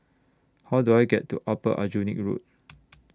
How Do I get to Upper Aljunied Road